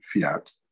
fiat